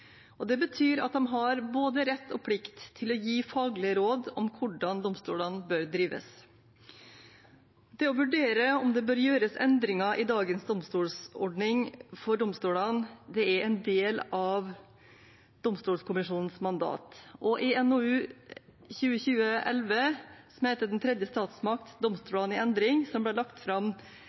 Det betyr at de har både rett og plikt til å gi faglige råd om hvordan domstolene bør drives. Det å vurdere om det bør gjøres endringer i dagens domstolsordning for domstolene, er en del av domstolkommisjonens mandat, jf. NOU 2020: 11, Den tredje statsmakt – Domstolene i endring, som ble lagt fram